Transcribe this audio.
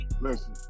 Listen